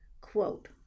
quote